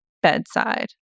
bedside